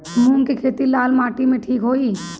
मूंग के खेती लाल माटी मे ठिक होई?